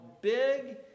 big